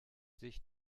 sich